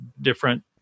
different